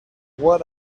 what